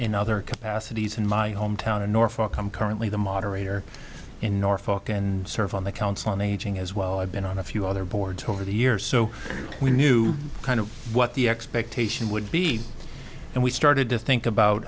in other capacities in my hometown in norfolk i'm currently the moderator in norfolk and serve on the council on aging as well i've been on a few other boards over the years so we knew kind of what the expectation would be and we started to think about